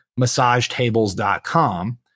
massagetables.com